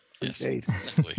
Yes